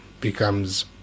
becomes